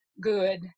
good